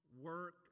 work